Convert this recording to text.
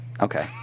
Okay